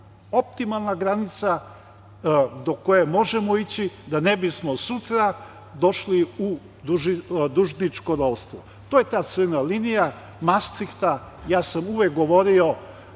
optimalna granica do koje možemo ići da ne bismo sutra došli u dužničko ropstvo. To je ta crvena linija Mastrihta. Ja sam uvek govorio